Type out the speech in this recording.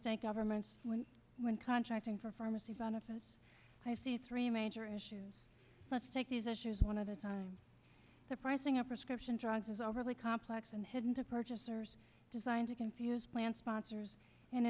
state governments when when contracting for pharmacy benefits i see three major issues let's take these issues one of the top the pricing of prescription drugs is overly complex and hidden to purchasers designed to confuse plan sponsors and